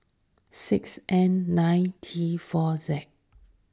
six N nine T four Z